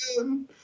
again